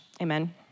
Amen